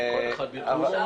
כל אחד בתחומו.